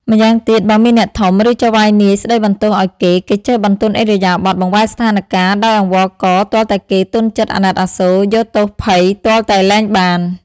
ម្យ៉ាងទៀត បើមានអ្នកធំ ឬចៅហ្វាយនាយស្ដីបន្ទោសឲ្យគេ គេចេះបន្ទន់ឥរិយាបថ បង្វែរស្ថានការណ៍ដោយអង្វរកទាល់តែគេទន់ចិត្តអាណិតអាសូរ យកទោសភ័យទាល់តែលែងបាន។